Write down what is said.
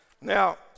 Now